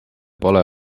pole